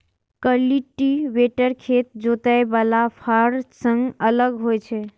cultivator खेत जोतय बला फाड़ सं अलग होइ छै